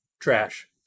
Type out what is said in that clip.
Trash